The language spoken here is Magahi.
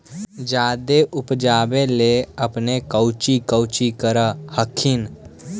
जादे उपजाबे ले अपने कौची कौची कर हखिन?